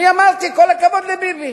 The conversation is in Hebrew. אני אמרתי: כל הכבוד לביבי,